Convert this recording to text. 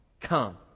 come